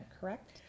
correct